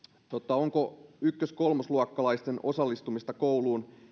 onko ykkös kolmosluokkalaisten osallistumista kouluun